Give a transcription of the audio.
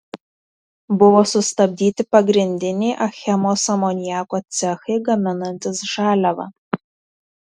buvo sustabdyti pagrindiniai achemos amoniako cechai gaminantys žaliavą